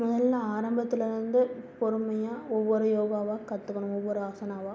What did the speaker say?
முதல்ல ஆரம்பத்தில் இருந்து பொறுமையாக ஒவ்வொரு யோகாவாக கற்றுக்கணும் ஒவ்வொரு ஹாசனாவாக